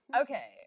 Okay